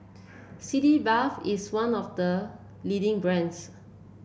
Sitz Bath is one of the leading brands